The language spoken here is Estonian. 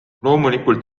loomulikult